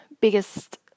biggest